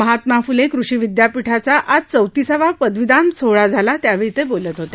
महात्मा फूले कृषी विदयापीठाचा आज चौतिसावा पदवीप्रदान सोहळा झाला त्यावेळी ते बोलत होते